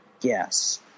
Yes